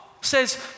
says